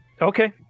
Okay